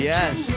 Yes